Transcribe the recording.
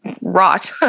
rot